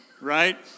Right